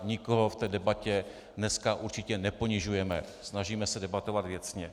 Nikoho v té debatě dneska určitě neponižujeme, snažíme se debatovat věcně.